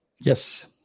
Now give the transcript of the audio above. Yes